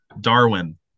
Darwin